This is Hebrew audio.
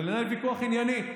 ולנהל ויכוח ענייני,